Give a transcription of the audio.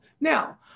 Now